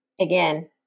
Again